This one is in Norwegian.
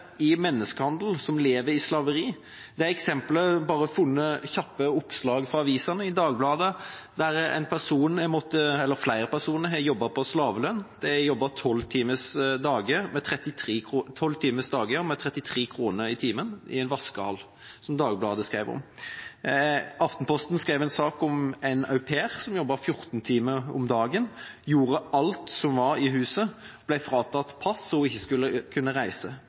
i menneskehandel, lever i slaveri. Som eksempel har jeg funnet kjappe oppslag fra avisene. Dagbladet skrev om at flere personer har jobbet på slavelønn, de har jobbet tolv timers dager med 33 kr i timen i en vaskehall. Aftenposten skrev en sak om en au pair som jobbet 14 timer om dagen, gjorde alt som var i huset og ble fratatt pass så hun ikke kunne reise.